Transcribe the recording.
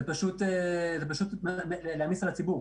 זה פשוט להעמיס על הציבור.